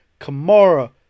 Kamara